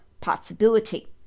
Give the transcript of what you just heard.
possibility